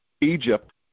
Egypt